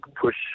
push